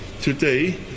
today